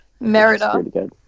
Merida